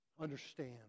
understand